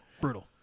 brutal